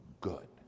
good